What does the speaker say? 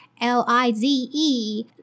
L-I-Z-E